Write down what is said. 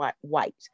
white